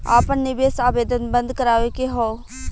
आपन निवेश आवेदन बन्द करावे के हौ?